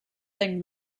thing